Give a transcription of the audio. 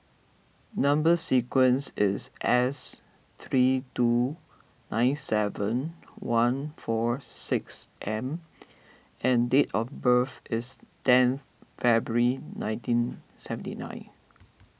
Number Sequence is S three two nine seven one four six M and date of birth is ten February nineteen seventy nine